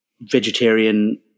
vegetarian